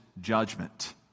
judgment